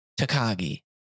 Takagi